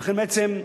ולכן, בעצם,